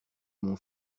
mon